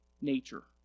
nature